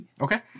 Okay